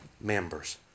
members